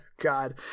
God